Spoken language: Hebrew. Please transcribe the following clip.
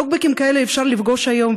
טוקבקים כאלה אפשר לפגוש היום,